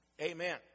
Amen